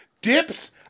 Dips